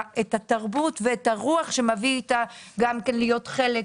התרבות ואת הרוח שמביא איתה גם כן להיות חלק,